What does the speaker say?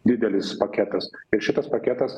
didelis paketas ir šitas paketas